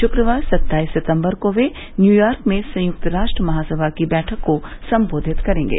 शुक्रवार सत्ताईस सितम्बर को वे न्यूयार्क में संयुक्त राष्ट्र महासभा की बैठक को सम्बोधित करेंगे